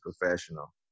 professional